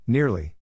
Nearly